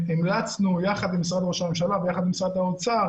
המלצנו יחד עם משרד ראש הממשלה ויחד עם משרד האוצר